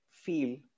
feel